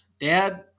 Dad